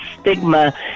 stigma